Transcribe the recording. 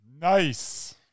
Nice